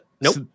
nope